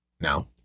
Now